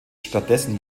stattdessen